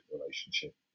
relationship